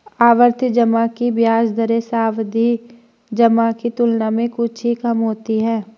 आवर्ती जमा की ब्याज दरें सावधि जमा की तुलना में कुछ ही कम होती हैं